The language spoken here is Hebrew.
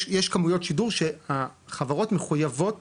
יש כמויות שידור שהחברות מחויבות